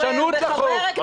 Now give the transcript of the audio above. פרשנות לחוק.